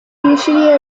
usually